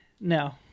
No